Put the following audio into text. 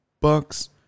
Bucks